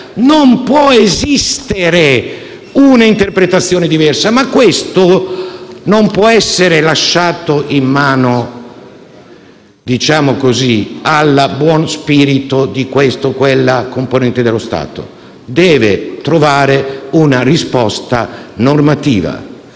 Non può esistere un'interpretazione diversa, ma questo non può essere lasciato in mano - diciamo così - al buon spirito di questa o di quella componente dello Stato: deve trovare invece una risposta normativa.